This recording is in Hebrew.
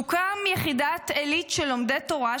תוקם יחידת עילית של לומדי תורה,